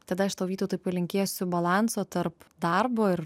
tada aš tau vytautai palinkėsiu balanso tarp darbo ir